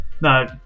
No